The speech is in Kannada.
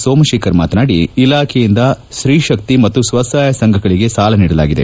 ಸೋಮಶೇಖರ್ ಮಾತನಾಡಿ ಇಲಾಖೆಯಿಂದ ಸ್ತೀಶಕ್ತಿ ಮತ್ತು ಸ್ವಸಹಾಯ ಸಂಘಗಳಿಗೆ ಸಾಲ ನೀಡಲಾಗಿದೆ